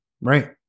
right